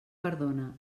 perdona